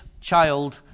child